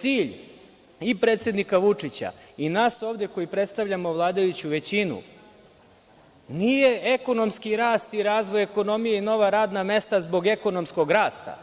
Cilj predsednika Vučića i nas ovde koji predstavljamo vladajuću većinu nije ekonomski rast i razvoj ekonomije, nova radna mesta zbog ekonomskog rasta,